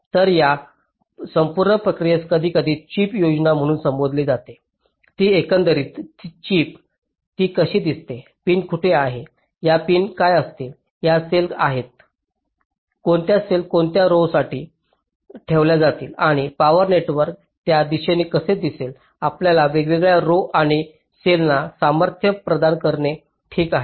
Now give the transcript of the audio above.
तर या संपूर्ण प्रक्रियेस कधीकधी चिप योजना म्हणून संबोधले जाते ती एकंदरीत चिप ती कशी दिसते पिन कुठे आहेत या पिन काय असतील या सेल आहेत कोणत्या सेल कोणत्या रोववर ठेवल्या जातील आणि पॉवर नेटवर्क त्या दिशेने कसे दिसेल आपल्याला वेगवेगळ्या रोव आणि सेलंना सामर्थ्य प्रदान करते ठीक आहे